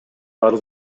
арыз